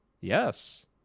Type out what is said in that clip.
Yes